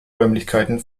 räumlichkeiten